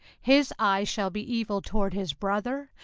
his eye shall be evil toward his brother,